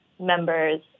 members